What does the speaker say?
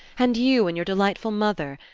and you and your delightful mother,